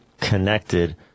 connected